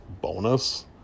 bonus